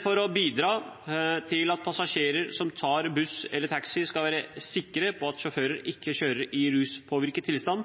For å bidra til at passasjerer som tar buss eller taxi, skal være sikre på at sjåfører ikke kjører i ruspåvirket tilstand,